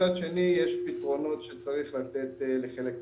מצד שני, יש פתרונות שצריך לתת לחלק מהאוכלוסיות.